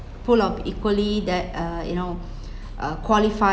full of equally that uh you know uh qualify